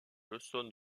leçons